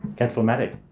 councillor matic